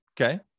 okay